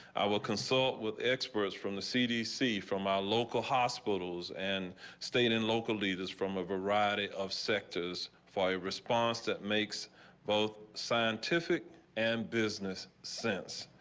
i will consult with experts from the cdc from a ah local hospitals and state and local leaders from a variety of sectors fire response that makes both scientific and business sense.